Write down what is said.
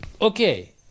Okay